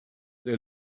they